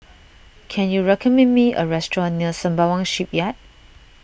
can you recommend me a restaurant near Sembawang Shipyard